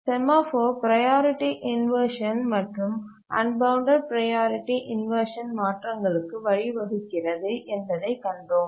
semaphore priority inversion மற்றும் unbounded priority inversion மாற்றங்களுக்கு வழிவகுக்கிறது என்பதை கண்டோம்